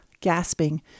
gasping